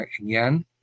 again